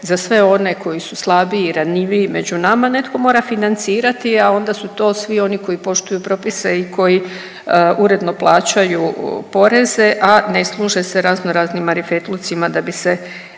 za sve one koji su slabiji i ranjiviji među nama netko mora financirati, a onda su to svi oni koji poštuju propise i koji uredno plaćaju poreze, a ne služe se razno raznim marifetlucima da bi se